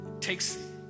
takes